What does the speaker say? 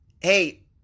hey